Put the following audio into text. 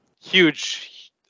huge